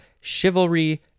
chivalry